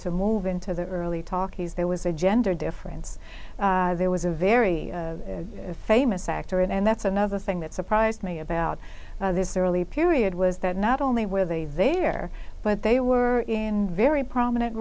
to move into the early talkies there was a gender difference there was a very famous actor and that's another thing that surprised me about was there early period was that not only were they there but they were in very prominent